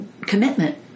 commitment